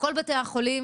כל בתי החולים